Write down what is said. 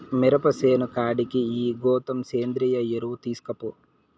మిరప సేను కాడికి ఈ గోతం సేంద్రియ ఎరువు తీస్కపో